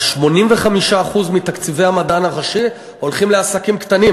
85% מתקציבי המדען הראשי הולכים לעסקים קטנים